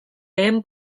lehen